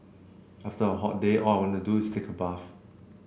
after a hot day all I want to do is take a bath